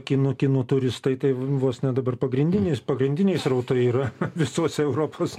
kinų kinų turistai taip vos ne dabar pagrindinis pagrindiniai srautai yra visose europos